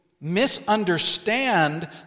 misunderstand